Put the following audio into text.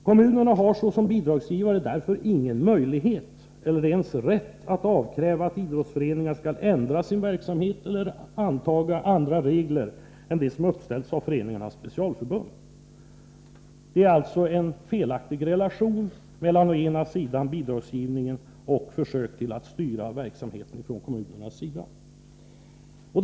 Kommunerna har såsom bidragsgivare därför ingen möjlighet eller ens rätt att kräva att idrottsföreningar skall ändra sin verksamhet eller anta andra regler än de som uppställts av föreningarnas specialförbund. Det är alltså en felaktig relation mellan å ena sidan bidragsgivningen och å andra sidan försök från kommunernas sida att styra verksamheten.